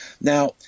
now